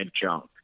junk